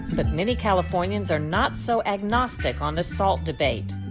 but many californiians are not so agnostic on the salt debate.